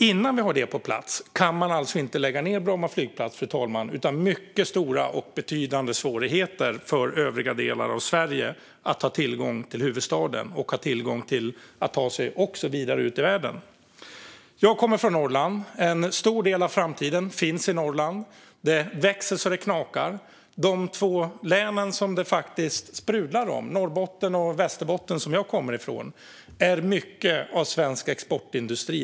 Innan allt finns på plats kan man alltså inte lägga ned Bromma flygplats utan mycket stora och betydande svårigheter för övriga delar av Sverige att ha tillgång till huvudstaden och vidare ut i världen. Jag kommer från Norrland. En stor del av framtiden finns i Norrland. Den växer så det knakar. De två länen som det sprudlar om, Norrbotten och Västerbotten, som jag kommer från, handlar om mycket av svensk exportindustri.